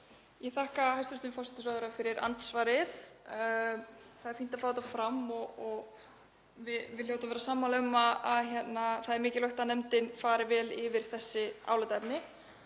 Ég þakka hæstv. forsætisráðherra fyrir andsvarið. Það er fínt að fá þetta fram og við hljótum að vera sammála um að það er mikilvægt að nefndin fari vel yfir þessi álitaefni